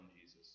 Jesus